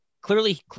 clearly